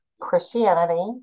Christianity